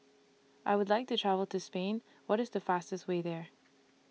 I Would like to travel to Spain What IS The fastest Way There